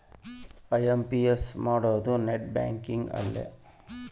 IMPS ಮಾಡೋದು net banking ಅಲ್ಲೆ